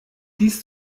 dies